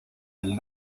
del